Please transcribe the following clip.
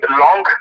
long